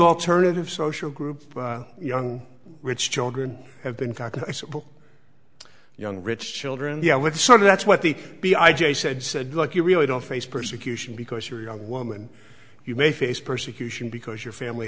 alternative social group young rich children have been fact young rich children the i would sort of that's what the b i j said said look you really don't face persecution because you're a young woman you may face persecution because your family